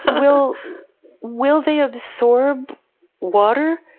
will will they absorb water?